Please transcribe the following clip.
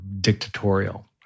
dictatorial